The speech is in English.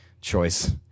choice